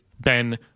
Ben